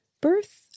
Birth